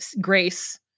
grace